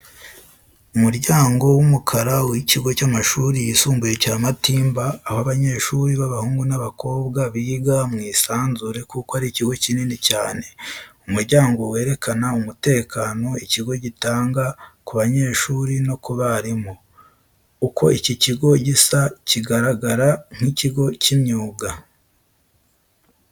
Umuryango w'umukara w'ikigo cy'amashuri yisumbuye ya Matimba aho abanyeshuri b'abahungu n'abakobwa biga mu isanzure kuko ari ikigo kinini cyane. Umuryango werekana umutekano ikigo gitanga ku banyeshuri no ku barimu. Uko iki kigo gisa kigaragara nk'ikigo cy'imyuga.